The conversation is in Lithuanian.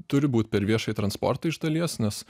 turi būt per viešąjį transportą iš dalies nes